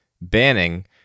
banning